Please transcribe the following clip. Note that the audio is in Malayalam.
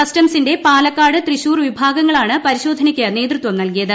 കസ്റ്റംസ്മിന്റെ പാലക്കാട് തൃശ്ശൂർ വിഭാഗങ്ങളാണ് പരിശോധനയ്ക്ക് നേതൃത്വം ന്ൽകിയത്